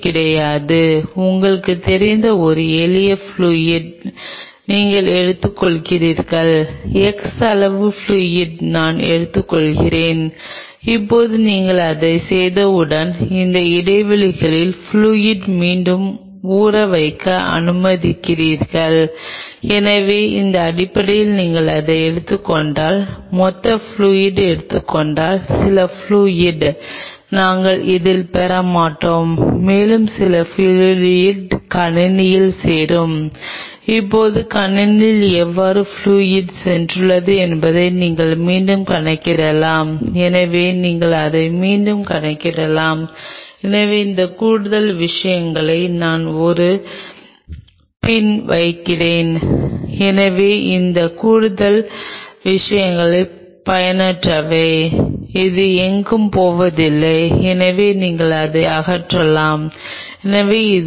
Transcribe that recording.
எனவே நான் பரிந்துரைக்கிறேன் எடுத்துக்காட்டாக நீங்கள் வளர்ந்து வரும் டிஷ் இங்கே உள்ளது எடுத்துக்காட்டாக உங்களிடம் ஒரு கவர் சீட்டு உள்ளது இது உங்கள் XYZ சப்ஸ்ர்டேட் பூசப்பட்டிருக்கிறது மேலும் இந்த செல்கள் இங்கே உள்ளன இப்போது நீங்கள் சாய்ந்து கொண்டிருக்கிறீர்கள் இந்த சிறிய பிட் போன்ற சிறிய டிஷ் மிகவும் சிறியதாக இருக்கலாம் இந்த செல்கள் அந்த சப்ஸ்ர்டேட் இணைக்கப்பட்டிருந்தால் நீங்கள் ஒரு சிறிய சாய்வைச் செய்தால் சற்றே சாய்வதை நீங்கள் அறிவீர்கள் மேலும் நீங்கள் இன்னும் சில செல்களைக் காண்பீர்கள் என்று நீங்கள் பார்க்க மாட்டீர்கள் அவை கீழே உருண்டு கொண்டே இருக்கும் இது பார்ப்பதற்கு மிகவும் அருமையான பார்வை